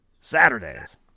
Saturdays